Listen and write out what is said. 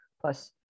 plus